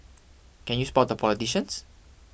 can you spot the politicians